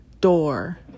door